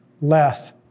less